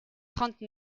trente